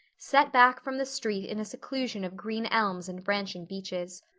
set back from the street in a seclusion of green elms and branching beeches.